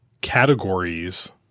categories